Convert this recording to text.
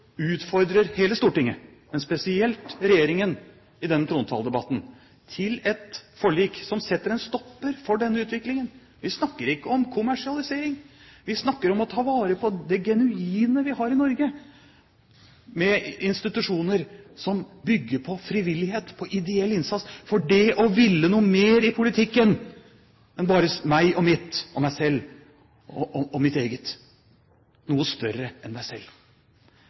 utfordrer hele Stortinget, men spesielt regjeringen, i denne trontaledebatten til et forlik som setter en stopper for denne utviklingen. Vi snakker ikke om kommersialisering. Vi snakker om å ta vare på det genuine vi har i Norge, med institusjoner som bygger på frivillighet, på ideell innsats for det å ville noe mer i politikken enn bare meg og mitt og meg selv og mitt eget – noe større enn meg selv.